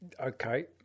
Okay